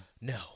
No